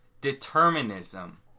determinism